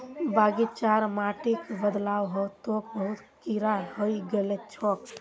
बगीचार माटिक बदलवा ह तोक बहुत कीरा हइ गेल छोक